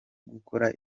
gukora